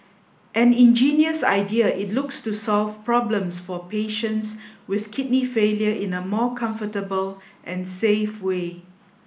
an ingenious idea it looks to solve problems for patients with kidney failure in a more comfortable and safe way